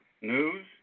news